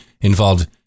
involved